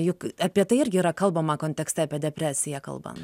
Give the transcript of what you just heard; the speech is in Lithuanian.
juk apie tai irgi yra kalbama kontekste apie depresiją kalbant